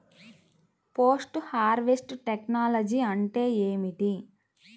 Post harvest technology అంటే ఏమిటి?